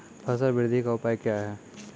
फसल बृद्धि का उपाय क्या हैं?